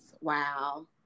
Wow